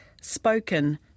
spoken